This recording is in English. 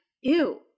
ew